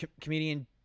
comedian